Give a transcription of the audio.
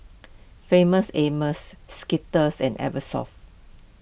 Famous Amos Skittles and Eversoft